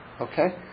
Okay